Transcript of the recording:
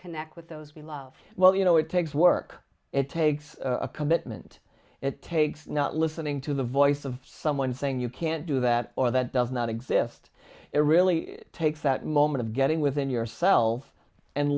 connect with those we love well you know it takes work it takes a commitment it takes not listening to the voice of someone saying you can't do that or that does not exist it really takes that moment of getting within yourself and